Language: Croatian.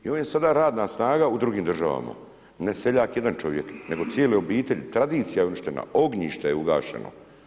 I on je sada radna snaga u drugim državama, ne seljak jedan čovjek, nego cijele obitelji, tradicija je uništena, ognjište je ugašeno.